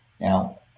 Now